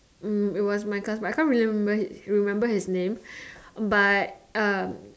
mm it was my classmate I can't really remember his remember his name but um